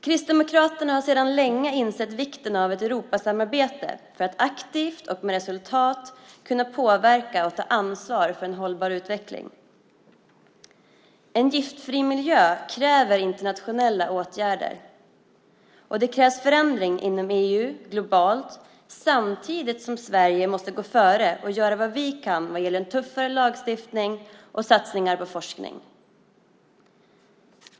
Kristdemokraterna har sedan länge insett vikten av ett Europasamarbete för att aktivt och med resultat kunna påverka och ta ansvar för en hållbar utveckling. En giftfri miljö kräver internationella åtgärder och det krävs förändringar inom EU och globalt, samtidigt som Sverige måste gå före och göra vad vi kan vad gäller tuffare lagstiftning och satsningar på forskning.